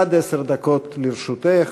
עד עשר דקות לרשותך.